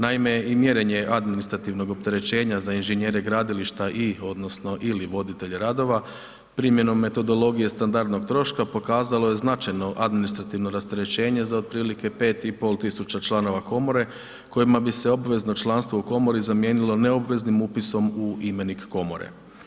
Naime, i mjerenje administrativnog opterećenja za inženjere gradilišta i odnosno ili voditelja radova, primjenom metodologije standardnog troška, pokazalo je značajno administrativno rasterećenje za otprilike 5500 članova komore kojima bi se obvezno članstvo u komori zamijenilo neobveznim upisom u imenik komore.